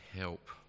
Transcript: help